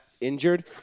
injured